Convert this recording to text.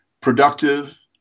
productive